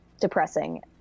depressing